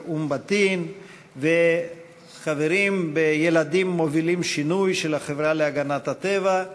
אום-בטין וחברים ב"ילדים מובילים שינוי" של החברה להגנת הטבע.